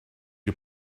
you